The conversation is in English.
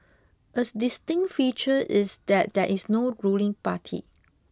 as distinct feature is that there is no ruling party